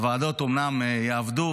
הוועדות אמנם יעבדו,